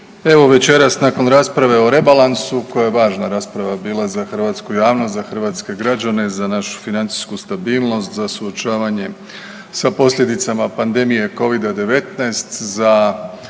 Evo večeras nakon rasprave o rebalansu koja je važna rasprava bila za hrvatsku javnost, za hrvatske građane, za našu financijsku stabilnost, za suočavanje sa posljedicama pandemije Covida-19, za